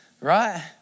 right